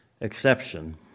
exception